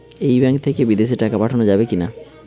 এই ব্যাঙ্ক থেকে বিদেশে টাকা পাঠানো যাবে কিনা?